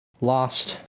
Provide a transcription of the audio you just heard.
lost